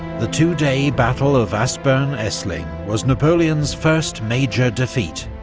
the two-day battle of aspern-essling was napoleon's first major defeat,